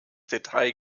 detail